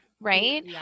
Right